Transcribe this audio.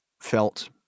felt